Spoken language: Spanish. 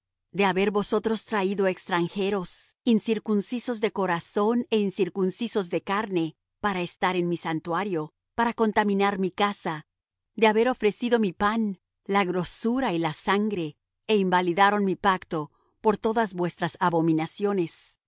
de haber vosotros traído extranjeros incircuncisos de corazón é incircuncisos de carne para estar en mi santuario para contaminar mi casa de haber ofrecido mi pan la grosura y la sangre é invalidaron mi pacto por todas vuestras abominaciones